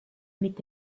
mit